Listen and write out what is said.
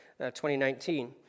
2019